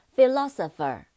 Philosopher